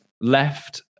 left